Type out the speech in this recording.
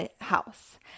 house